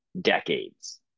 decades